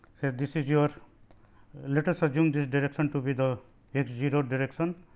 this is your let us assume this direction to be the x zero direction